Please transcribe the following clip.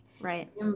Right